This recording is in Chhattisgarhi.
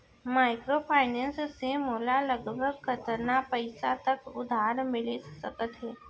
माइक्रोफाइनेंस से मोला लगभग कतना पइसा तक उधार मिलिस सकत हे?